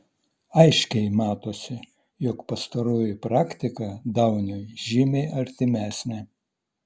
aiškiai matosi jog pastaroji praktika dauniui žymiai artimesnė